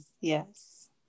yes